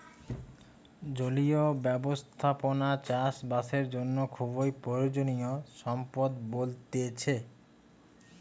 জলীয় ব্যবস্থাপনা চাষ বাসের জন্য খুবই প্রয়োজনীয় সম্পদ বলতিছে